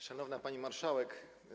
Szanowna Pani Marszałek!